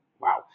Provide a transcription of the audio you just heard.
wow